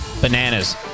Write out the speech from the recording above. bananas